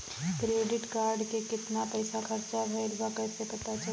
Credit card के कितना पइसा खर्चा भईल बा कैसे पता चली?